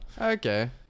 Okay